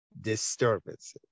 disturbances